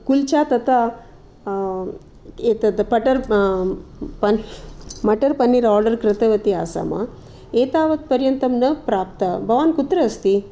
कुल्चा तथा एतत् butter butter paneer order कृतवती आसम् एतावत्पर्यन्तं न प्राप्तं भवान् कुत्र अस्ति